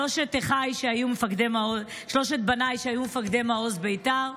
שלושת בניי שהיו מפקדי מעוז בית"ר.